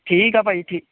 ਠੀਕ ਆ ਭਾਈ ਠੀਕ